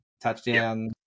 touchdown